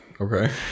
Okay